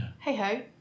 Hey-ho